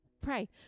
pray